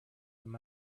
them